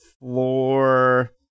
floor